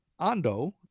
Ando